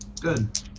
Good